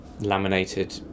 laminated